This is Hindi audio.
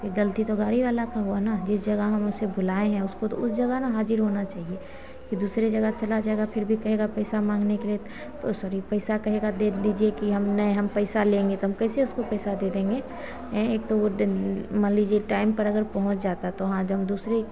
तो ये गलती तो गाड़ी वाला का हुआ न जिस जगह हम उसे बुलाए हैं उसको तो उस जगह न हाजिर होना चाहिए कि दूसरी जगह चला जाएगा फिर भी कहेगा पैसा मांगने के लिए ओ सॉरी पैसा कहेगा दे दीजिए की हम नहीं हम पैसा लेंगे तो हम कैसे उसको पैसा दे देंगे हैं एक तो वो मान लीजिए टाइम पर अगर पहुँच जाता तो आज हम दूसरे